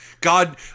God